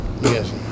Yes